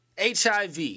HIV